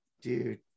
Dude